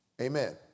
Amen